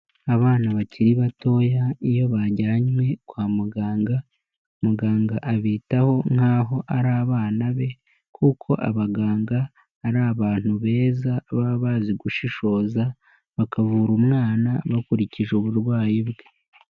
Abana bakiri batoya iyo bajyanywe kwa muganga, muganga abitaho nk'aho ari abana be, kuko abaganga ari abantu beza baba bazi gushishoza, bakavura umwana bakurikije uburwayi bwe.